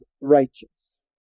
righteous